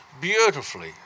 beautifully